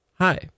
Hi